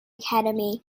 academy